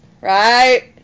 Right